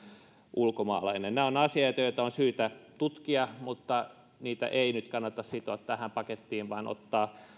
ulkomaalainen nämä ovat asioita joita on syytä tutkia mutta niitä ei nyt kannata sitoa tähän pakettiin vaan ottaa